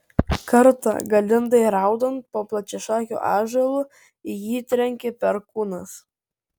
kartą galindai raudant po plačiašakiu ąžuolu į jį trenkė perkūnas